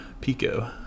Pico